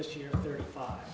this year thirty five